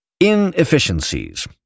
Inefficiencies